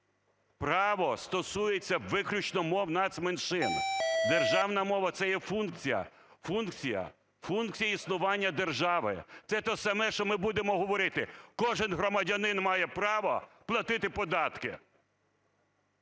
Право стосується виключно мов нацменшин, державна мова – це є функція, функція, функція існування держави. Це те саме, що ми будемо говорити: кожен громадянин має право платити податки.